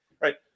right